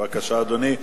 בבקשה, אדוני.